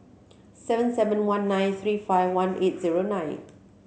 seven seven one nine three five one eight zero nine